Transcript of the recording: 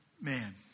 man